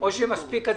או שמספיק הדיווח.